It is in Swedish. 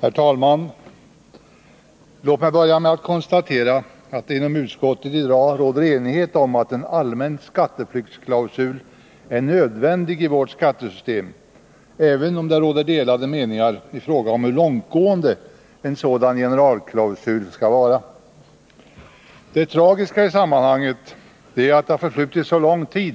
Herr talman! Låt mig börja med att konstatera att det inom utskottet i dag råder enighet om att en allmän skatteflyktsklausul är nödvändig i vårt skattesystem, även om det råder delade meningar i fråga om hur långtgående en sådan generalklausul skall vara. Det tragiska i sammanhanget är att det har förflutit så lång tid